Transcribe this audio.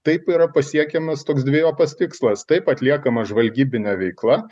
taip yra pasiekiamas toks dvejopas tikslas taip atliekama žvalgybinė veikla